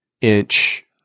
inch